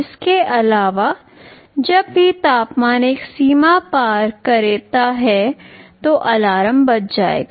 इसके अलावा जब भी तापमान एक सीमा पार करता है तो अलार्म बज जाएगा